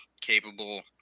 capable